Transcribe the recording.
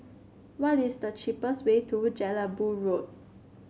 what is the cheapest way to Jelebu Road